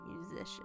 musician